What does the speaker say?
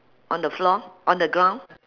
on the floor on the ground